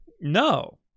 no